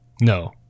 No